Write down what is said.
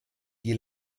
die